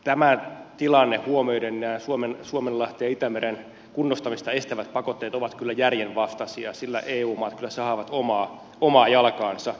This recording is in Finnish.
tämä tilanne huomioiden nämä suomenlahtea ja itämeren kunnostamista estävät pakotteet ovat kyllä järjenvastaisia sillä eu maat kyllä sahaavat omaa jalkaansa